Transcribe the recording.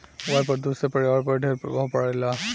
वायु प्रदूषण से पर्यावरण पर ढेर प्रभाव पड़ेला